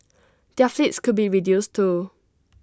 their fleets could be reduced too